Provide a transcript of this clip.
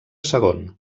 segon